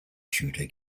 shooter